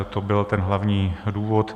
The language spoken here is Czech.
To byl ten hlavní důvod.